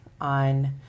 on